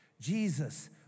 Jesus